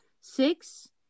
six